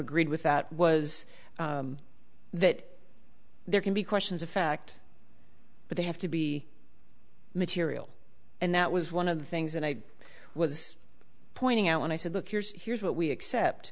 agreed with that was that there can be questions of fact but they have to be material and that was one of the things that i was pointing out when i said look here's here's what we accept